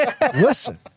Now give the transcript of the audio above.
listen